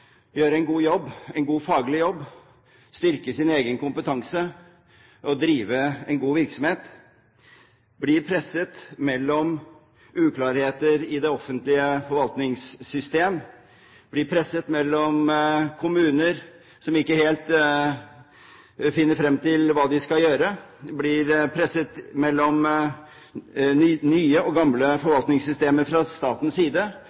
en god faglig jobb, styrke sin egen kompetanse og drive en god virksomhet, blir presset mellom uklarheter i det offentlige forvaltningssystem, blir presset mellom kommuner som ikke helt finner frem til hva de skal gjøre, blir presset mellom nye og gamle forvaltningssystemer fra statens side